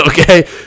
okay